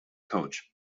coach